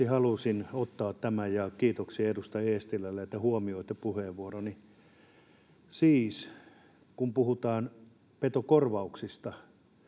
halusin ottaa tämän ja kiitoksia edustaja eestilälle että huomioitte puheenvuoroni että kun puhutaan petokorvauksista